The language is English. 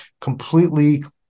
completely